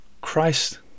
Christ